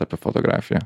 apie fotografiją